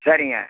சரிங்க